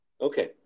Okay